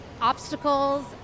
obstacles